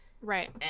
Right